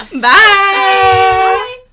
Bye